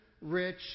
rich